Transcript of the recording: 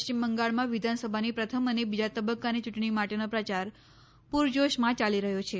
પશ્ચિમ બંગાળમાં વિધાનસભાની પ્રથમ અને બીજા તબક્કાની યૂંટણી માટેનો પ્રચાર પૂરજોશમાં ચાલી રહ્યો છે